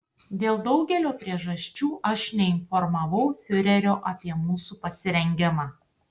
dėl daugelio priežasčių aš neinformavau fiurerio apie mūsų pasirengimą